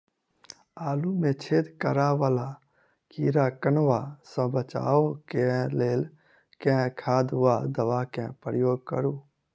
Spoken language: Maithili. आलु मे छेद करा वला कीड़ा कन्वा सँ बचाब केँ लेल केँ खाद वा दवा केँ प्रयोग करू?